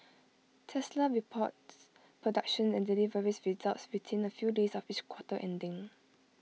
Tesla reports production and deliveries results within A few days of each quarter ending